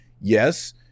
Yes